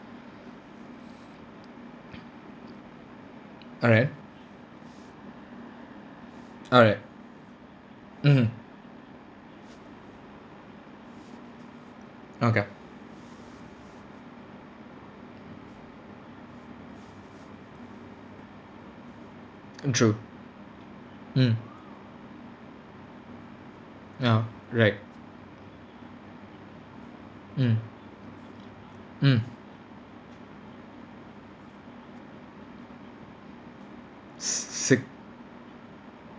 alright alright mmhmm okay true mm (uh huh) right mm mm s~ si~